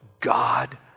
God